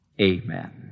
Amen